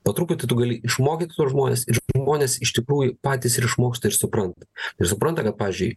po truputį tu gali išmokyti tuos žmones ir žmonės iš tikrųjų patys ir išmoksta ir supranta ir supranta kad pavyzdžiui